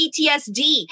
PTSD